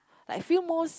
I feel most